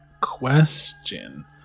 question